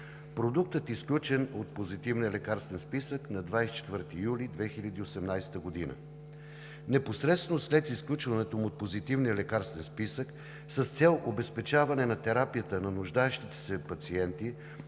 Продуктът е изключен от Позитивния лекарствен списък на 24 юли 2018 г. Непосредствено след изключването му от Позитивния лекарствен списък, с цел обезпечаване на терапията на нуждаещите се пациенти,